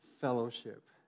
fellowship